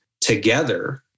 together